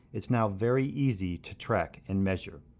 it's now very easy to track and measure.